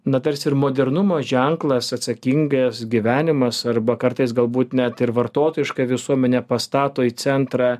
na tarsi ir modernumo ženklas atsakingas gyvenimas arba kartais galbūt net ir vartotojiška visuomenė pastato į centrą